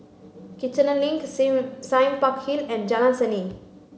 Kiichener Link Sime Park Hill and Jalan Seni